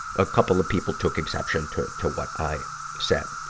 a couple of people took exception to, to what i said.